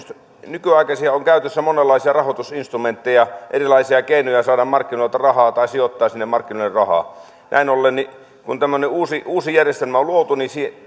nykyään on käytössä monenlaisia rahoitusinstrumentteja erilaisia keinoja saada markkinoilta rahaa tai sijoittaa sinne markkinoille rahaa näin ollen kun tämmöinen uusi uusi järjestelmä on luotu